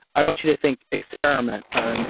i want you to think experiment or and